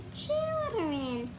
children